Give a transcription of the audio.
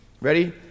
Ready